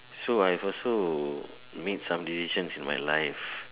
so I have also made some decisions in my life